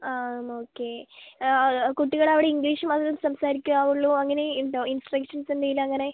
അ okay കുട്ടികൾ അവിടെ English മാത്രേ സംസാരിക്കാവുള്ളു അങ്ങനെ ഉണ്ടോ ഇൻസ്ട്രക്ഷൻസ് എന്തെങ്കിലും അങ്ങനെ